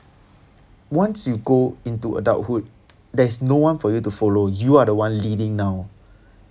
once you go into adulthood there's no one for you to follow you are the one leading now